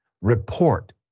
report